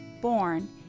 born